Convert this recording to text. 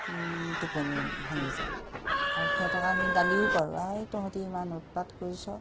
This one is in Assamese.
টোপনি ভাঙি যায় আৰু সিহঁতক আমি গালিও পাৰোঁ ঐ তহঁতি ইমান উৎপাত কৰিছ